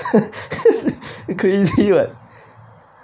crazy [what]